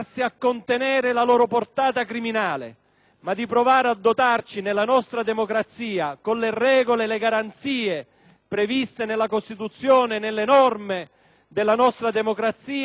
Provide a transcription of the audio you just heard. ma di provare a dotarci nella nostra democrazia, con le regole e le garanzie previste nella Costituzione e nelle norme della nostra democrazia, ad eliminare le organizzazioni mafiose